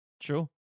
sure